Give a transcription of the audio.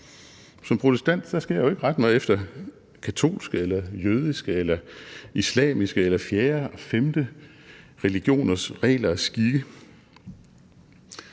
Som protestant skal jeg jo ikke rette mig efter katolske, jødiske, islamiske eller en fjerde eller femte religions regler og skikke.